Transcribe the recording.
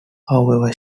however